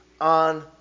on